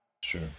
sure